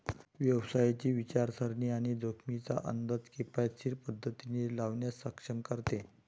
व्यवसायाची विचारसरणी आणि जोखमींचा अंदाज किफायतशीर पद्धतीने लावण्यास सक्षम करते